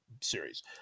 series